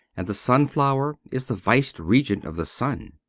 and the sun-flower is the vice-regent of the sun.